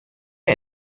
wir